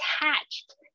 attached